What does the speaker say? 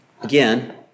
Again